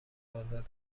آزاد